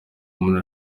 umuntu